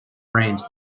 brains